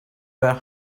were